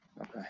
okay